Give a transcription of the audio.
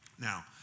Now